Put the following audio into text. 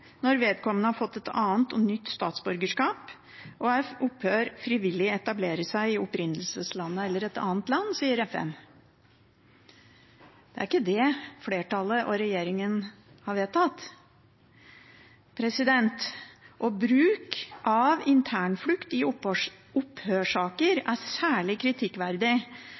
når vedkommende har fått et annet og nytt statsborgerskap og frivillig etablerer seg i opprinnelseslandet eller et annet land, sier FN. Det er ikke det flertallet og regjeringen har vedtatt. Bruk av internflukt i opphørssaker er særlig kritikkverdig